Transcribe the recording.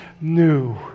new